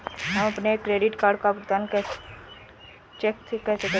हम अपने credit card का भुगतान चेक से कैसे करें?